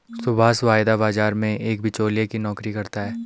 सुभाष वायदा बाजार में एक बीचोलिया की नौकरी करता है